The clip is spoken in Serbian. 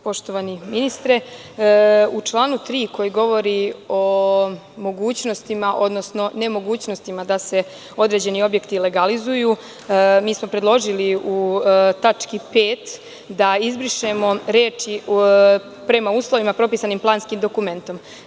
Poštovani ministre, u članu 3, koji govori o mogućnostima, odnosno nemogućnostima da se određeni objekti legalizuju, mi smo predložili u tački 5. da izbrišemo reči: „prema uslovima propisanim planskim dokumentom“